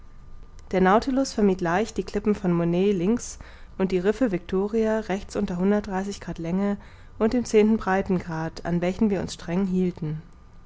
der nautilus vermied leicht die klippen von money links und die risse victoria rechts unter hundert grad länge und dem zehnten breitegrad an welchem wir uns streng hielten